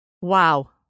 Wow